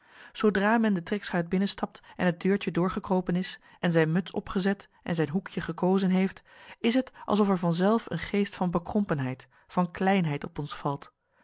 zoodra men de trekschuit binnenstapt en het deurtje doorgekropen is en zijn muts opgezet en zijn hoekje gekozen heeft is het alsof er vanzelf een geest van bekrompenheid van kleinheid op ons valt